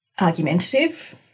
argumentative